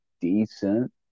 decent